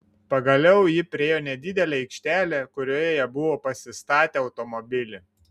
pagaliau ji priėjo nedidelę aikštelę kurioje jie buvo pasistatę automobilį